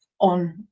on